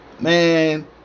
Man